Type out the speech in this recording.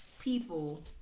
people